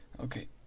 Okay